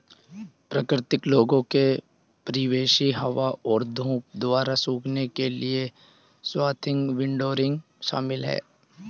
प्राकृतिक लोगों के परिवेशी हवा और धूप द्वारा सूखने के लिए स्वाथिंग विंडरोइंग शामिल है